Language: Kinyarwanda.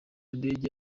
ndege